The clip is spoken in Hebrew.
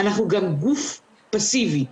אנחנו גם גוף פאסיבי.